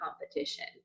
competition